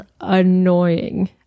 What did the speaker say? annoying